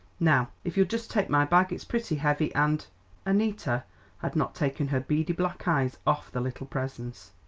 now if you'll just take my bag, it's pretty heavy, and annita had not taken her beady black eyes off the little presence.